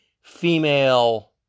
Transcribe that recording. female